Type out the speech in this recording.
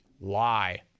Lie